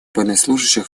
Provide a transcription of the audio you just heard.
военнослужащих